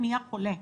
מי החולה.